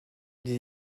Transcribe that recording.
les